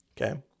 Okay